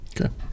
Okay